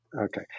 okay